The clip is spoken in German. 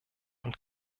und